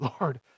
Lord